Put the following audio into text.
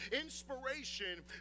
inspiration